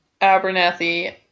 Abernathy